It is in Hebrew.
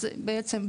אז בעצם,